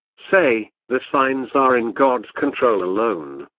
say the signs are in god's control alone.